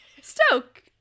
Stoke